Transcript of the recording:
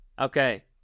Okay